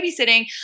babysitting